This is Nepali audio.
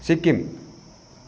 सिक्किम